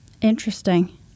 Interesting